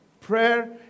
Prayer